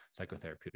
psychotherapeutic